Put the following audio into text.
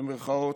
במירכאות,